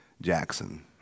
Jackson